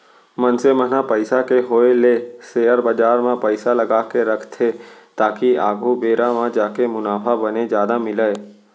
मनसे मन ह पइसा के होय ले सेयर बजार म पइसा लगाके रखथे ताकि आघु बेरा म जाके मुनाफा बने जादा मिलय